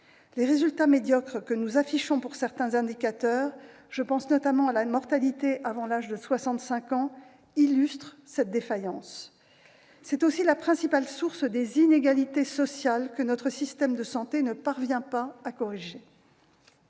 Les résultats médiocres que nous affichons pour certains indicateurs- je pense notamment à la mortalité avant l'âge de 65 ans -illustrent cette défaillance. C'est aussi la principale source des inégalités sociales que notre système de santé ne parvient pas à corriger.